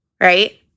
right